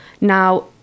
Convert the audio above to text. Now